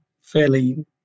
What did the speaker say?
fairly